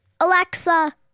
Alexa